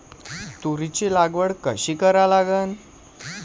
तुरीची लागवड कशी करा लागन?